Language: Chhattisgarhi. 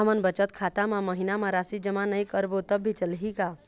हमन बचत खाता मा महीना मा राशि जमा नई करबो तब भी चलही का?